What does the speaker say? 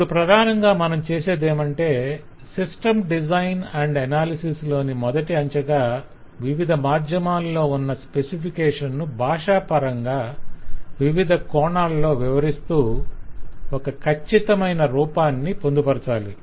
ఇప్పుడు ప్రధానంగా మనం చేసేదేమంటే సిస్టం డిజైన్ అండ్ ఎనాలిసిస్ లోని మొదటి అంచెగా వివిధ మాధ్యమాల్లో ఉన్న స్పెసిఫికేషన్ ను భాషాపరంగా వివిధ కోణాల్లో వివరిస్తూ ఒక కచ్చితమైన రూపాన్ని పొందుపరచాలి